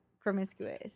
promiscuous